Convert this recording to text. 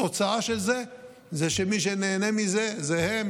התוצאה של זה היא שמי שנהנה מזה זה הם,